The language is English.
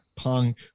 punk